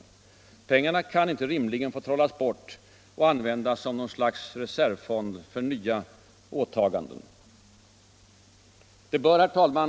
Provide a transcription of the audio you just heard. Dessa pengar kan inte rimligen få trollas bort och utnyttjas som något slags reservfond för nya åtaganden. Herr talman!